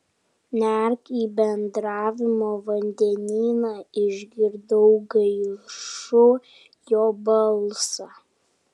nerk į bendravimo vandenyną išgirdau gaižų jo balsą